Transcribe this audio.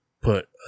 put